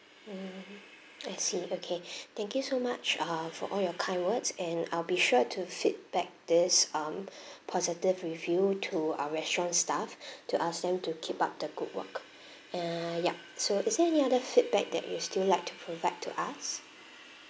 mm I see okay thank you so much uh for all your kind words and I'll be sure to feedback this um positive review to our restaurant staff to ask them to keep up the good work ah yup so is there any other feedback that you still like to provide to us